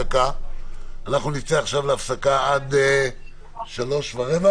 שלאור הירידה שיש היום בנתונים,